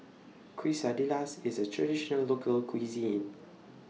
Quesadillas IS A Traditional Local Cuisine